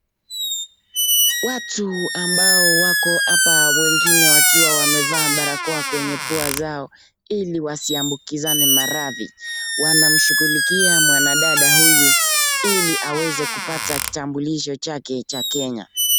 Watu ambao wako hapa wengine wakiwa wamevaa barakoa kwenye pua zao ili wasiambukisane maradhi. Wanamshughulikia mwanadada huyu ili aweze kupata kitambulisho chake cha Kenya.